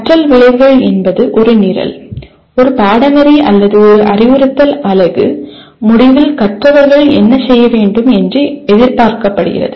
கற்றல் விளைவுகள் என்பது ஒரு நிரல் ஒரு பாடநெறி அல்லது ஒரு அறிவுறுத்தல் அலகு முடிவில் கற்றவர்கள் என்ன செய்ய வேண்டும் என்று எதிர்பார்க்கப்படுகிறது